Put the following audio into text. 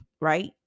right